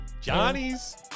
Johnny's